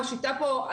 מושיטה פה,